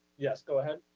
yes, go ahead.